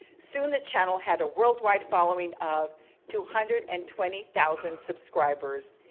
soon, the channel had a worldwide following of two hundred and twenty thousand subscribers.